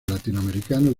latinoamericanos